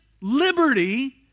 liberty